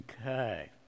Okay